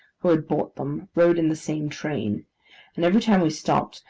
who had bought them, rode in the same train and, every time we stopped,